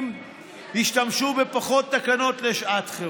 השתמשו בפחות תקנות לשעת חירום.